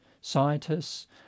Scientists